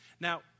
Now